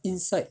inside